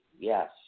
Yes